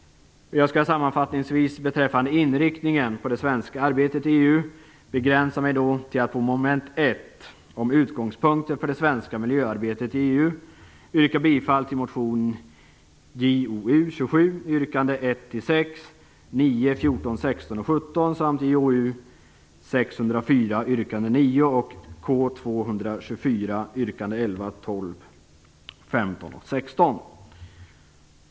Jag skall sammanfattningsvis beträffande inriktningen på det svenska miljöarbetet i EU begränsa mig till att under mom. 1, Utgångspunkter för det svenska miljöarbetet i EU, yrka bifall till motion Jo27 yrkande yrkande 11, 12, 15 och 16.